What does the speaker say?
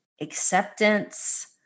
acceptance